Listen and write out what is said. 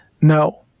no